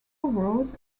wrote